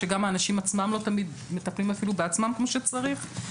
שגם האנשים עצמם לא תמיד מטפלים אפילו בעצמם כמו שצריך.